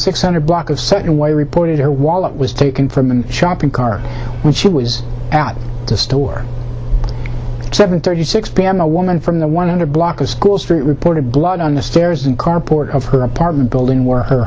six hundred block of second way reported her wallet was taken from a shopping cart when she was at the store seven thirty six p m a woman from the one hundred block of school street reported blood on the stairs and carport of her apartment building where her